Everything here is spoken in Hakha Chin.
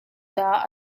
dah